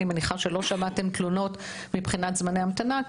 גם מניחה שלא שמעתם תלונות מבחינת זמני המתנה,